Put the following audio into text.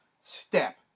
step